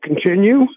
continue